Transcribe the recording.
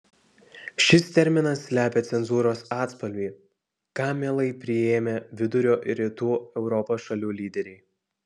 šis terminas slepia cenzūros atspalvį kam mielai priėmė vidurio ir rytų europos šalių lyderiai